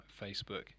Facebook